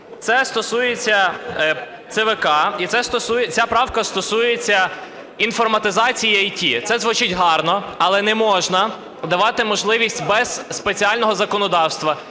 Це стосується ЦВК, ця правка стосується інформатизації і ІТ. Це звучить гарно, але не можна давати можливість без спеціального законодавства,